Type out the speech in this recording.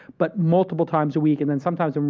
but multiple times a week and when, sometimes, um